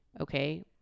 Okay